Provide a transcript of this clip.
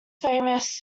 famous